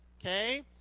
Okay